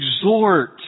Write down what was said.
exhort